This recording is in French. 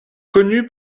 connu